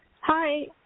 Hi